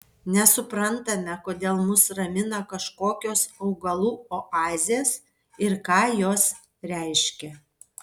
nesuprantame kodėl mus ramina kažkokios augalų oazės ir ką jos reiškia